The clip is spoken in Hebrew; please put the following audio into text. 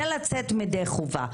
זה לצאת ידי חובה.